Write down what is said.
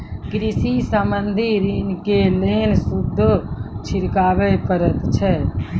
कृषि संबंधी ॠण के लेल सूदो चुकावे पड़त छै?